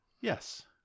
yes